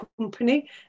company